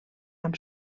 amb